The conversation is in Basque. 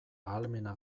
ahalmena